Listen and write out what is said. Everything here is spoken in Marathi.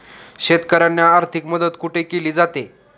शेतकऱ्यांना आर्थिक मदत कुठे केली जाते?